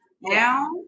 Now